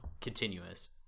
continuous